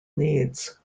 needs